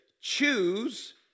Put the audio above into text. choose